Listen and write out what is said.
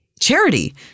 charity